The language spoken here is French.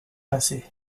passée